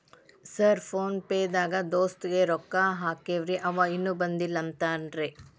Sir PhonePe ದಾಗ ದೋಸ್ತ್ ಗೆ ರೊಕ್ಕಾ ಹಾಕೇನ್ರಿ ಅಂವ ಇನ್ನು ಬಂದಿಲ್ಲಾ ಅಂತಾನ್ರೇ?